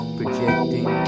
projecting